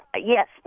yes